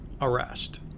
arrest